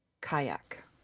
kayak